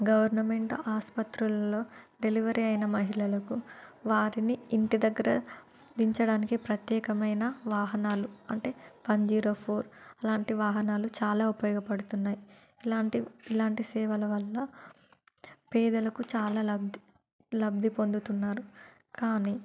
government ఆసుపత్రులలో delivery అయిన మహిళలకు వారిని ఇంటి దగ్గర దించడానికి ప్రత్యేకమైన వాహనాలు అంటే వన్ జీరో ఫోర్ అలాంటి వాహనాలు చాలా ఉపయోగపడుతున్నాయి ఇలాంటి ఇలాంటి సేవల వల్ల పేదలకు చాలా లబ్ధి లబ్ధి పొందుతున్నారు కానీ